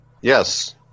Yes